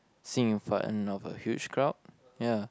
sing in front of a huge crowd ya